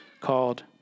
called